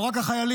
לא רק החיילים,